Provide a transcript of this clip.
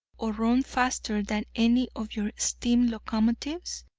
or run faster than any of your steam locomotives?